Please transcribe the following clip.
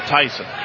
Tyson